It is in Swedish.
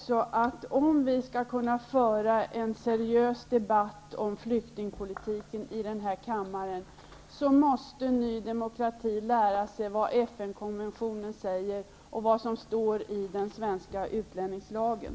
För att vi skall kunna föra en seriös debatt här i kammaren om flyktingpolitiken tror jag att ni i Ny demokrati måste lära er vad FN-konventionen i detta sammanhang säger och vad som står i den svenska utlänningslagen.